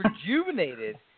rejuvenated